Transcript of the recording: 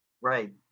Right